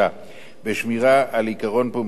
בשמירה על עקרון פומביות הדיון,